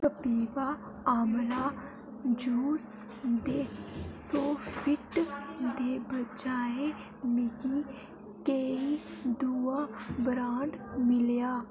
Kapiva amla juice दे साफट दे बजाए मिगी केई दूआ ब्रैंड मिलेआ